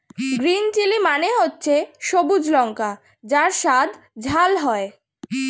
green chilli মানে হচ্ছে সবুজ লঙ্কা যার স্বাদ ঝাল হয়